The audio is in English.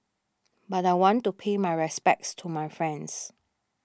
but I want to pay my respects to my friends